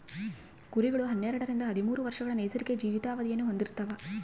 ಕುರಿಗಳು ಹನ್ನೆರಡರಿಂದ ಹದಿಮೂರು ವರ್ಷಗಳ ನೈಸರ್ಗಿಕ ಜೀವಿತಾವಧಿನ ಹೊಂದಿರ್ತವ